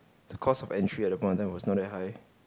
the cost of entry at that point of time was not that high